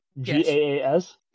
G-A-A-S